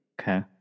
Okay